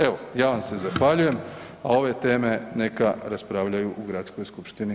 Evo, ja vam se zahvaljujem, a ove teme neka raspravljaju u gradskoj skupštini.